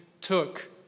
took